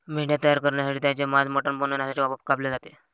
मेंढ्या तयार करण्यासाठी त्यांचे मांस मटण बनवण्यासाठी कापले जाते